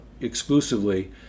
exclusively